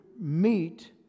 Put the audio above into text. meet